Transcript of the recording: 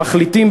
מחליטים,